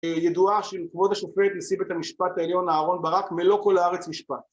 ידועה שמכבוד השופט נשיא בית המשפט העליון אהרון ברק מלא כל הארץ משפט.